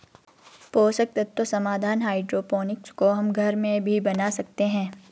पोषक तत्व समाधान हाइड्रोपोनिक्स को हम घर में भी बना सकते हैं